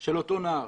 של אותו נער.